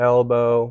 Elbow